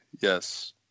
Yes